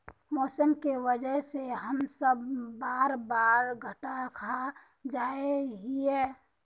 मौसम के वजह से हम सब बार बार घटा खा जाए हीये?